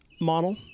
model